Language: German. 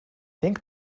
denk